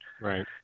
Right